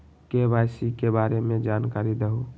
KYC के बारे में जानकारी दहु?